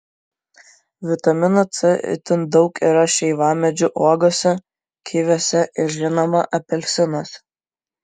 vitamino c itin daug yra šeivamedžių uogose kiviuose ir žinoma apelsinuose